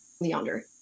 Leander